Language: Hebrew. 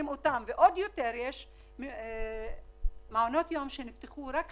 יש מעונות שנפתחו רק השנה.